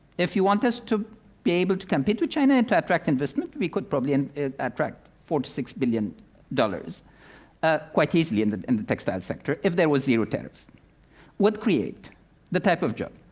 if you want us to be able to compete with china and to attract investment, we could probably and attract four to six billion dollars ah quite easily in the and the textile sector, if there was zero tariffs would create the type of job.